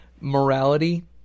morality